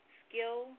skill